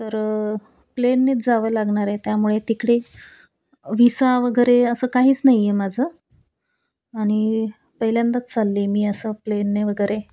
तर प्लेननेच जावं लागणार आहे त्यामुळे तिकडे विसा वगैरे असं काहीच नाही आहे माझं आणि पहिल्यांदाच चालली मी असं प्लेनने वगैरे